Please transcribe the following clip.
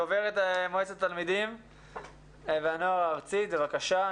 דוברת מועצת הנוער הארצית, בבקשה.